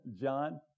John